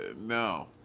no